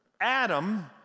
Adam